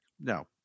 No